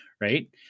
Right